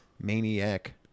maniac